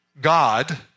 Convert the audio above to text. God